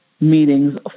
meetings